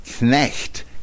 Knecht